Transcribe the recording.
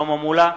שלמה מולה,